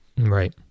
Right